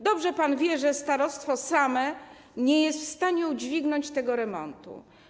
Dobrze pan wie, że starostwo samo nie jest w stanie udźwignąć tego remontu.